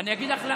אני אגיד לך.